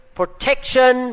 protection